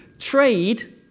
Trade